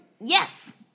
Yes